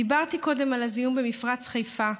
דיברתי קודם על הזיהום במפרץ חיפה.